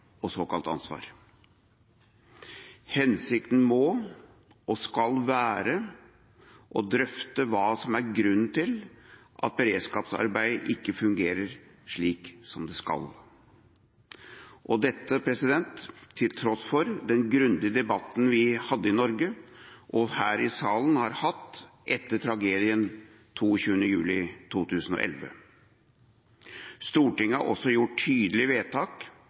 og såkalt ansvar. Hensikten må og skal være å drøfte hva som er grunnen til at beredskapsarbeidet ikke fungerer slik som det skal, til tross for den grundige debatten vi har hatt i Norge – også her i salen – etter tragedien 22. juli 2011. Stortinget har også gjort tydelige vedtak